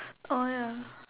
oh ya